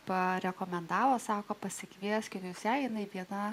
parekomendavo sako pasikvieskit tiesiai jinai apie tą